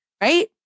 right